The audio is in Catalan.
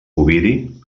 ovidi